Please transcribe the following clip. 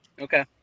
Okay